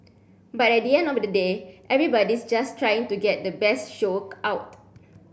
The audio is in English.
but at the end of the day everybody's just trying to get the best show out